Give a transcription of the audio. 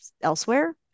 elsewhere